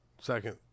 second